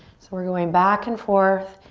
so we're going back and forth.